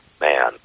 man